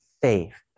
Faith